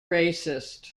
racist